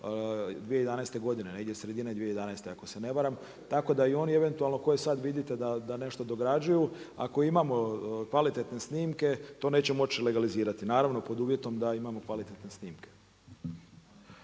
2011. godine, negdje sredina 2011. ako se ne varam. Tako da i oni eventualno koje sad vidite da nešto dograđuju, ako imamo kvalitetne snimke, to nećemo moći legalizirati, naravno pod uvjetom da imamo kvalitetne snimke.